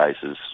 cases